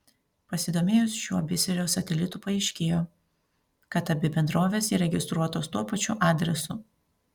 pasidomėjus šiuo biserio satelitu paaiškėjo kad abi bendrovės įregistruotos tuo pačiu adresu